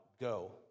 go